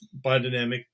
biodynamic